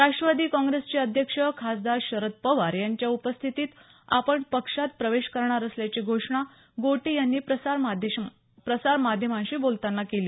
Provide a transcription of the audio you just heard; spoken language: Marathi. राष्ट्रवादी काँग्रेसचे अध्यक्ष खासदार शरद पवार यांच्या उपस्थितीत आपण पक्षात प्रवेश करणार असल्याची घोषणा गोटे यांनी प्रसारमाध्यमांशी बोलतांना केली